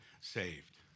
saved